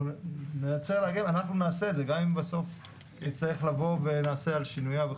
אני רוצה להגיד לך שנעשה את זה גם אם בסוף נצטרך לבוא ונעשה על שינוייו,